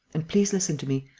and please listen to me,